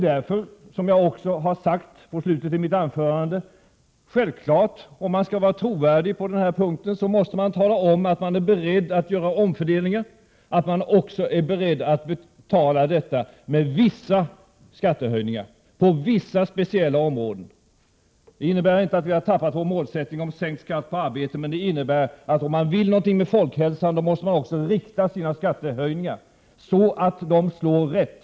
Därför sade jag också i slutet av mitt huvudanförande att man, om man skall vara trovärdig på denna punkt, självfallet måste tala om att man är beredd att göra omfördelningar och beredd att betala dem med vissa skattehöjningar på vissa speciella områden. Det innebär inte att vi har gett upp vårt mål om en sänkning av skatt på arbete, men det innebär att om man vill göra något åt folkhälsan, måste man också rikta skattehöjningarna så att de slår rätt.